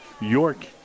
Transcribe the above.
York